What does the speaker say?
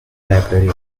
library